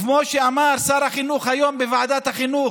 כמו שאמר שר החינוך היום בוועדת החינוך: